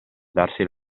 darsi